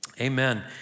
Amen